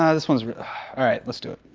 ah this one's alright, let's do it,